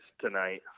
tonight